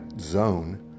zone